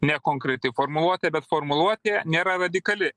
nekonkreti formuluotė bet formuluotė nėra radikali